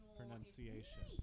pronunciation